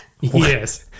Yes